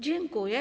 Dziękuję.